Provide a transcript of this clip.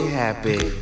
happy